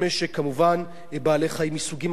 כמובן בעלי-חיים מסוגים אחרים.